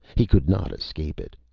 he could not escape it.